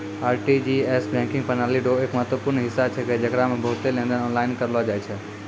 RTGS banking प्रणाली रो एक महत्वपूर्ण हिस्सा छेकै जेकरा मे बहुते लेनदेन आनलाइन करलो जाय छै